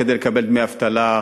כדי לקבל דמי אבטלה,